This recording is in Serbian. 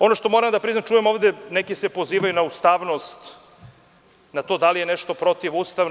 Ono što moram da priznam je da čujem ovde da se neki pozivaju na ustavnost, na to da li je nešto protivustavno.